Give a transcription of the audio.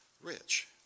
rich